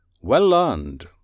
well-learned